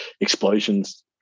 explosions